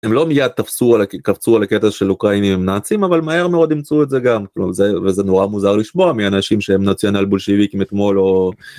הם לא מיד תפסו על... קפצו על הקטע של אוקראינים הם נאצים אבל מהר מאוד אימצו את זה גם, וזה... וזה נורא מוזר לשמוע מאנשים שהם נאציונל בולשיביקים אתמול או...